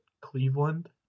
Cleveland